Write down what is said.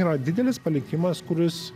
yra didelis palikimas kuris